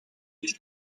nicht